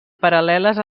paral·leles